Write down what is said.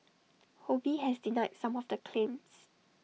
ho bee has denied some of the claims